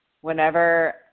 whenever